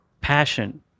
passion